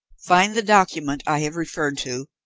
find the document i have referred to,